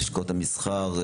לשכות המסחר,